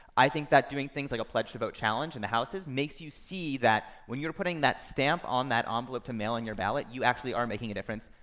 i think that doing things like a pledge-to-vote challenge in the houses makes you see that when you're putting that stamp on that um envelope to mail in your ballot, you actually are making a difference,